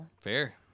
Fair